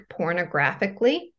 pornographically